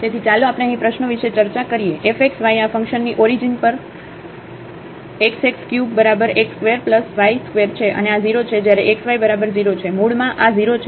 તેથી ચાલો આપણે અહીં પ્રશ્નો વિશે ચર્ચા કરીએ f xy આ ફંક્શનની ઓરીજીન પર x x ³ બરાબર x² y² છે અને આ 0 છે જ્યારે xy બરાબર 0 છે મૂળમાં આ 0 છે